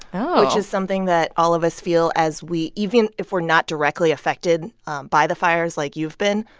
oh. which is something that all of us feel as we even if we're not directly affected by the fires like you've been,